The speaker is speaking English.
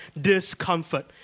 discomfort